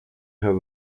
her